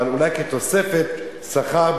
אבל אולי כתוספת שכר,